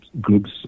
groups